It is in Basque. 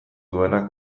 duena